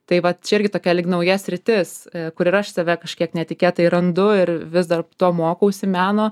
tai va čia irgi tokia lyg nauja sritis kur ir aš save kažkiek netikėtai randu ir vis dar to mokausi meno